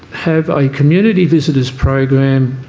have a community visitors program